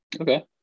Okay